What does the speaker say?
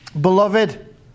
Beloved